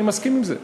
אני מסכים עם זה,